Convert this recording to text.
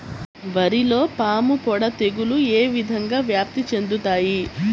వరిలో పాముపొడ తెగులు ఏ విధంగా వ్యాప్తి చెందుతాయి?